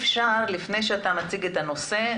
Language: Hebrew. תציג את עצמך לפני שאתה מציג את הנושא.